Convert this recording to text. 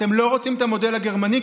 אתם לא רוצים את המודל הגרמני,